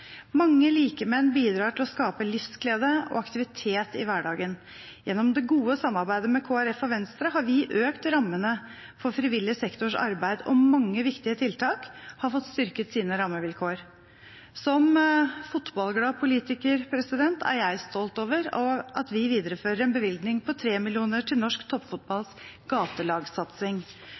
Mange likemenn bidrar til å skape livsglede og aktivitet i hverdagen. Gjennom det gode samarbeidet med Kristelig Folkeparti og Venstre har vi økt rammene for frivillig sektors arbeid, og mange viktige tiltak har fått styrket sine rammevilkår. Som fotballglad politiker er jeg stolt over at vi viderefører en bevilgning på 3 mill. kr til Norsk Toppfotballs